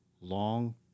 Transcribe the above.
long